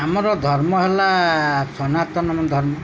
ଆମର ଧର୍ମ ହେଲା ସନାତନ ଧର୍ମ